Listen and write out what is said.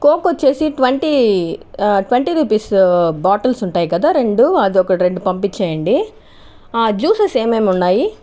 coke వచ్చేసి twenty twenty rupees bottles ఉంటాయి కదా రెండు అది ఒక రెండు పంపించేయండి జ్యూసెస్ ఏమేమి ఉన్నాయి